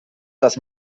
das